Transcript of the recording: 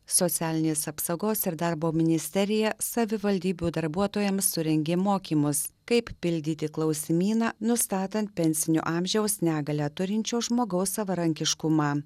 socialinės apsaugos ir darbo ministerija savivaldybių darbuotojams surengė mokymus kaip pildyti klausimyną nustatant pensinio amžiaus negalią turinčio žmogaus savarankiškumą